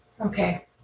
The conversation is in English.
Okay